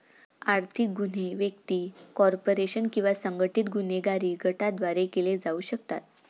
आर्थिक गुन्हे व्यक्ती, कॉर्पोरेशन किंवा संघटित गुन्हेगारी गटांद्वारे केले जाऊ शकतात